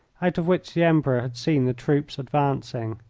out of which the emperor had seen the troops advancing.